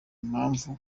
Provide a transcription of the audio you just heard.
impamvu